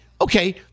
okay